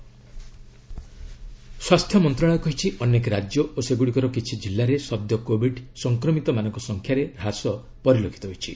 health briefing ସ୍ୱାସ୍ଥ୍ୟ ମନ୍ତ୍ରଣାଳୟ କହିଛି ଅନେକ ରାଜ୍ୟ ଓ ସେଗୁଡ଼ିକର କିଛି ଜିଲ୍ଲାରେ ସଦ୍ୟ କୋବିଡ୍ ସଂକ୍ରମିତମାନଙ୍କ ସଂଖ୍ୟାରେ ହ୍ରାସ ପରିଲକ୍ଷିତ ହୋଇଛି